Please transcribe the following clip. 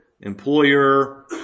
employer